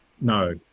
No